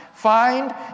Find